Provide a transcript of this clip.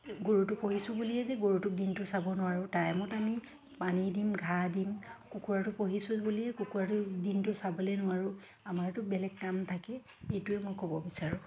গৰুটো পুহিছোঁ বুলিয়ে যে গৰুটোক দিনটো চাব নোৱাৰোঁ টাইমত আমি পানী দিম ঘাঁহ দিম কুকুৰাটো পুহিছোঁ বুলিয়ে কুকুৰাটো দিনটো চাবলৈ নোৱাৰোঁ আমাৰতো বেলেগ কাম থাকে এইটোৱে মই ক'ব বিচাৰোঁ